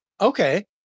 okay